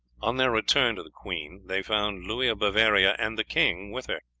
on their return to the queen they found louis of bavaria and the king with her.